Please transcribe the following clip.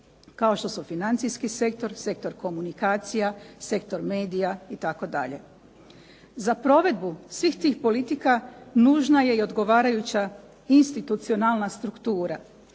kao što su financijski sektor, sektor komunikacija, sektor medija itd. Za provedbu svih tih politika nužna je i odgovarajuća institucionalna struktura